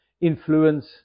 influence